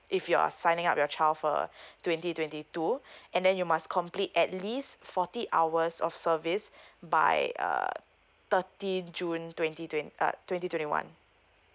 if you're signing up your child for uh twenty twenty two and then you must complete at least forty hours of service by uh thirty june twenty twenty uh twenty twenty one